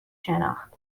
شناخت